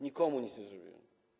Nikomu nic nie zrobiłem.